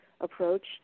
approach